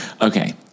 Okay